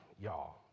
y'all